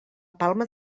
palma